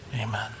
Amen